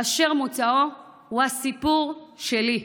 באשר מוצאו, הוא הסיפור שלי.